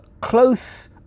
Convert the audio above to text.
close